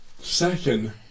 second